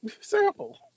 sample